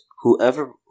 Whoever